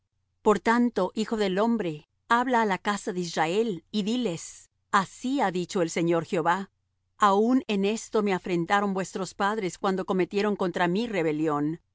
por tanto hijo del hombre habla á la casa de israel y diles así ha dicho el señor jehová aun en esto me afrentaron vuestros padres cuando cometieron contra mí rebelión